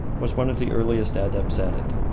was one of the earliest adepts at it.